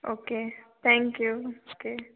okay thank you okay